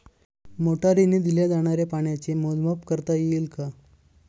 मोटरीने दिल्या जाणाऱ्या पाण्याचे मोजमाप करता येईल का?